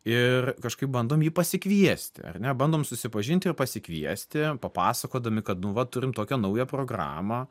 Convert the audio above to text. ir kažkaip bandom jį pasikviesti ar ne bandom susipažinti ir pasikviesti papasakodami kad nu va turim tokią naują programą